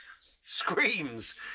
screams